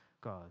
God